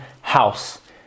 house